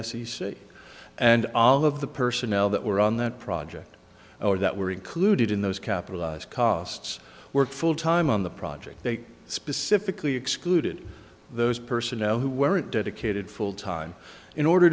c and all of the personnel that were on that project or that included in those capitalized costs worked full time on the project they specifically excluded those personnel who were dedicated full time in order